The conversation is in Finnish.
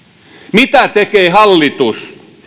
mitä tekee hallitus